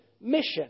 mission